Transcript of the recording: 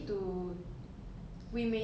we are going to act in a certain way